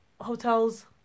hotels